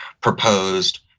proposed